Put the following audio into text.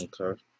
Okay